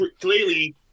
clearly